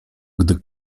gdy